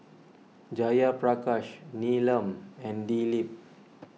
Jayaprakash Neelam and Dilip